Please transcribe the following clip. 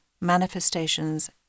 manifestations